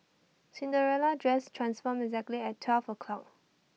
Cinderella's dress transformed exactly at twelve o'clock